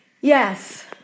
Yes